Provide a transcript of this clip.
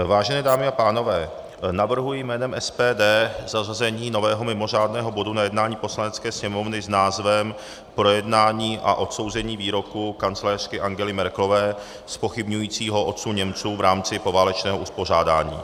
Vážené dámy a pánové, navrhuji jménem SPD zařazení nového mimořádného bodu na jednání Poslanecké sněmovny s názvem Projednání a odsouzení výroku kancléřky Angely Merkelové zpochybňujícího odsun Němců v rámci poválečného uspořádání.